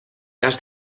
cas